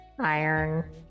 iron